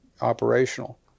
operational